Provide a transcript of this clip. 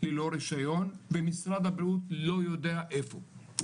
ללא רישיון ומשרד הבריאות לא יודע איפה.